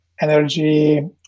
energy